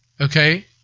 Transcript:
Okay